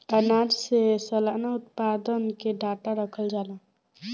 आनाज के सलाना उत्पादन के डाटा रखल जाला